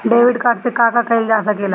Debit card से का का कइल जा सके ला?